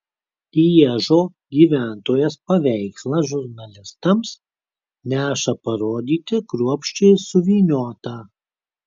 lježo gyventojas paveikslą žurnalistams neša parodyti kruopščiai suvyniotą